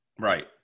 Right